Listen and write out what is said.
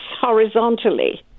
horizontally